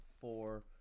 four